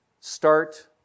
Start